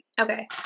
Okay